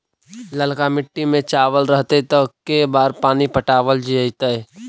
ललका मिट्टी में चावल रहतै त के बार पानी पटावल जेतै?